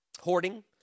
Hoarding